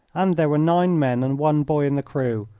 and there were nine men and one boy in the crew,